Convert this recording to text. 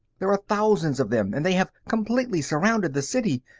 there are thousands of them and they have completely surrounded the city.